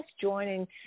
joining